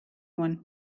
one